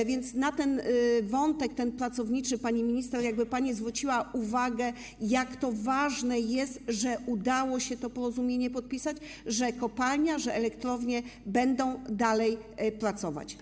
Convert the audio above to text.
A więc na ten wątek pracowniczy, pani minister, gdyby pani zwróciła uwagę - jak ważne jest, że udało się to porozumienie podpisać, że kopalnia i elektrownia będą dalej pracować.